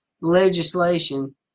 legislation